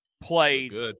Played